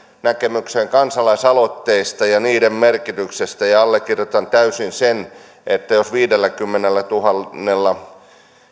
näkemykseen kansalaisaloitteista ja niiden merkityksestä allekirjoitan täysin sen että jos viidelläkymmenellätuhannella